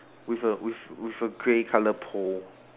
with a with with a grey colour pole